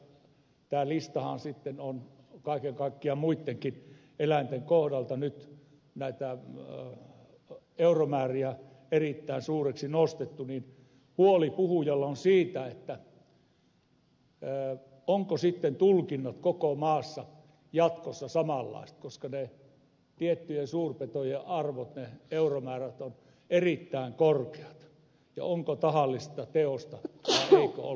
kun tässä listassahan on kaiken kaikkiaan muittenkin eläinten kohdalta euromääriä erittäin suuriksi nostettu niin huoli puhujalla on siitä ovatko sitten tulkinnat koko maassa jatkossa samanlaiset koska tiettyjen suurpetojen arvot euromäärät ovat erittäin korkeat ja onko kyse tahallisesta teosta vai eikö ole